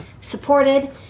supported